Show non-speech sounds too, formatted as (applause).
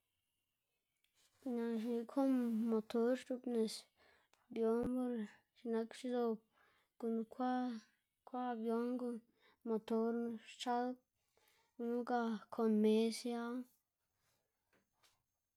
naꞌ xne kon motor xc̲h̲oꞌbnis avión por x̱iꞌk nak zob gunu kwa kwa avión guꞌn motorn xchal gunu ga kon me siawu. (noise)